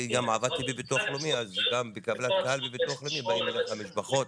גם עבדתי בביטוח לאומי אז בביטוח הלאומי באות אליך משפחות